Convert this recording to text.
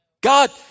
God